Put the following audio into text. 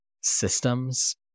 systems